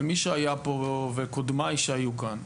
אבל מי שהיה פה וקודמיי שהיו כאן,